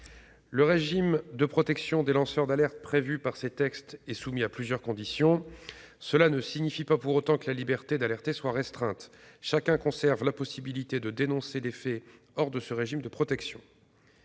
le régime de protection des lanceurs d'alerte prévu par ces textes est soumis à plusieurs conditions, cela ne signifie pas pour autant que la liberté d'alerter soit restreinte. Chacun conserve la possibilité de dénoncer des faits hors de ce régime de protection.